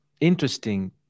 interesting